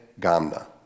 Gamna